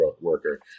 worker